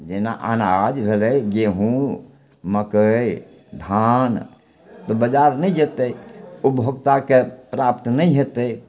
जेना अनाज भेलय गेहूँ मकइ धान तऽ बजार नहि जेतय उपभोक्ताके प्राप्त नहि हेतय